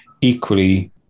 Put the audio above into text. Equally